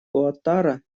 уаттара